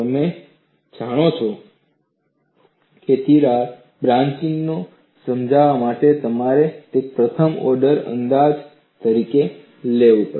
તમે જાણો છો કે તિરાડ બ્રાન્ચિંગને સમજાવવા માટે તમારે તેને પ્રથમ ઓર્ડર અંદાજ તરીકે લેવું પડશે